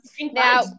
now